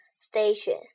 station